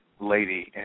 lady